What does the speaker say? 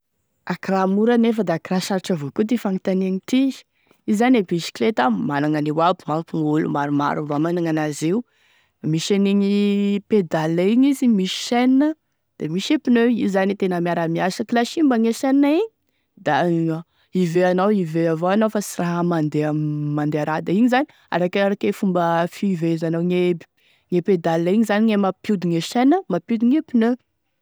Akoraha mora nefa akoraha sarotry avao koa ity fanontaniagny ity io zany e bisikleta aby managny an'io aby manko gn'olo maromaro avao managn'enazy io misy an'igny pédale igny izy misy chaine da misy e pneu io zany e tena miara-miasa koa laha simba gne chaine igny da hivehy anaohivehy avao anao fa sy raha mandeha mandeha raha da igny zany sh arake arake fomba fivehezanao gne pédale igny zany e mampiodogny e chaine mampiodigny e pneu.